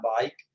bike